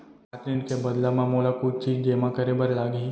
का ऋण के बदला म मोला कुछ चीज जेमा करे बर लागही?